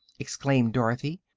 exclaimed dorothy.